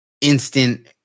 instant